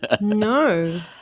No